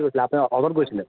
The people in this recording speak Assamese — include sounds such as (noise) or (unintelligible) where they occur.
(unintelligible) আপোনালোক হলত গৈছিলে